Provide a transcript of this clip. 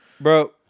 Bro